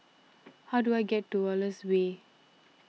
how do I get to Wallace Way